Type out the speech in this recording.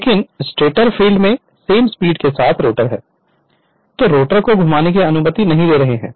Refer Slide Time 1230 लेकिन stator field के same speed के साथ रोटर है हम रोटर को घुमाने की अनुमति नहीं दे रहे हैं